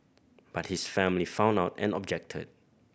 but his family found out and objected